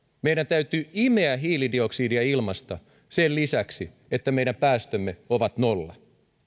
meidän täytyy imeä hiilidioksidia ilmasta sen lisäksi että meidän päästömme ovat nolla